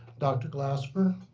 dr. glasper,